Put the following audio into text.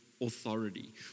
authority